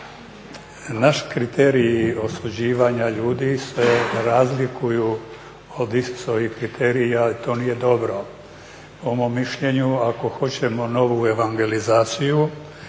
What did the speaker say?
Naš kriterij osuđivanja ljudi se razlikuje od Isusovih kriterija i to nije dobro. Po mom mišljenju, ako hoćemo novu evangelizaciju,